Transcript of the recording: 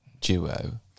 duo